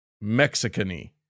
Mexican-y